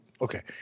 Okay